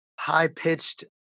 high-pitched